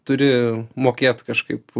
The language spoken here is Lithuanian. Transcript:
turi mokėt kažkaip